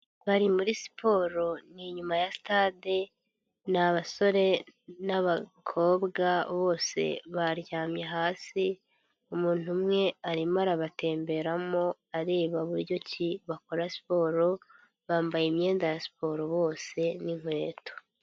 Bari muri siporo ni inyuma ya sitade, ni abasore n'abakobwa bose baryamye hasi, umuntu umwe arimo arabatemberamo, areba buryo ki bakora siporo bambaye imyenda ya siporo bose n'inkweto.